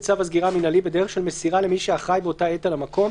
צו הסגירה המינהלי בדרך של מסירה למי שאחראי באותה עת על המקום,